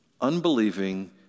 unbelieving